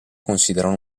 considerano